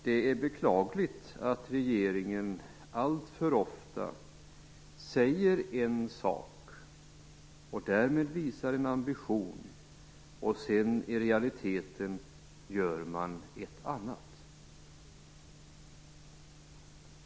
Det är beklagligt att regeringen alltför ofta säger en sak, och därmed visar en ambition, och sedan i realiteten gör ett annat.